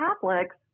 Catholics